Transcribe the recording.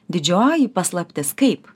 didžioji paslaptis kaip